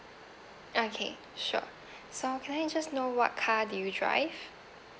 okay sure so can I just know what car do you drive